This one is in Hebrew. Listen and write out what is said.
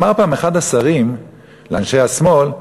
אמר פעם אחד השרים לאנשי השמאל,